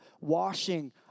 Washing